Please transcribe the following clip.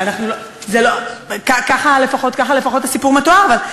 לא בכיוון, ככה לפחות הסיפור מתואר.